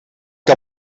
que